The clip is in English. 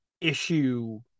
issue